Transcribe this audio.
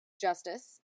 justice